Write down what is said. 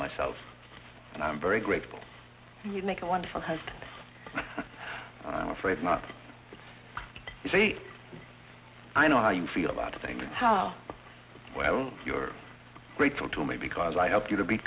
myself and i'm very grateful you make a wonderful husband afraid not to see i know how you feel about things and how well you're grateful to me because i help you to be